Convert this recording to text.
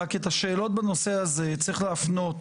כי את השאלות בנושא הזה צריך להפנות